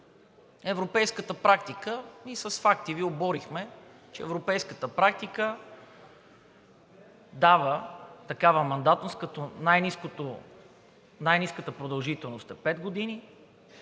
европейската практика, и с факти Ви оборихме, че европейската практика дава такава мандатност, като най-ниската продължителност е пет години,